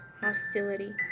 Hostility